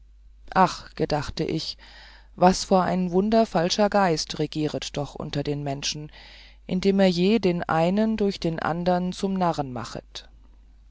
ach gedachte ich was vor ein wunderfalscher geist regieret doch die menschen indem er je den einen durch den andern zum narren machet